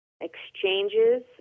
exchanges